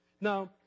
Now